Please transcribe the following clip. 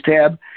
tab